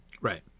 right